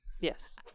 Yes